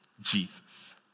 Jesus